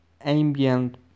ambient